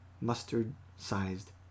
mustard-sized